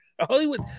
Hollywood